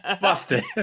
busted